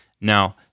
Now